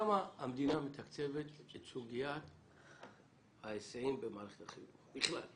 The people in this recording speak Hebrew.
כמה המדינה מתקצבת את סוגיית ההיסעים במערכת החינוך בכלל?